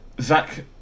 zach